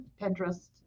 Pinterest